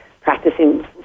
practicing